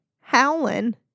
howling